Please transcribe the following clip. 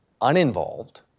uninvolved